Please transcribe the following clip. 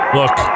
look